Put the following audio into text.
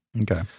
Okay